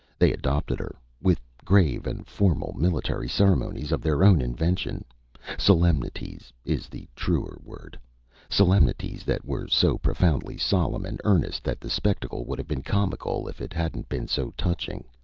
they adopted her, with grave and formal military ceremonies of their own invention solemnities is the truer word solemnities that were so profoundly solemn and earnest, that the spectacle would have been comical if it hadn't been so touching.